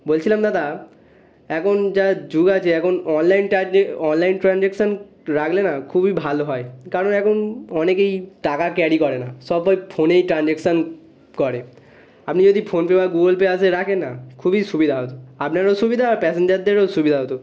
বলছিলাম দাদা এখন যা যুগ আছে এখন অনলাইন অনলাইন ট্রানজাকশন রাখলে না খুবই ভালো হয় কারণ এখন অনেকেই টাকা ক্যারি করে না সব ওই ফোনেই ট্রানজাকশন করে আপনি যদি ফোনপে বা গুগল পে আছে রাখে না খুবই সুবিধা হতো আপনারও সুবিধা আর প্যাসেঞ্জারদেরও সুবিধা হতো